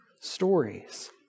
stories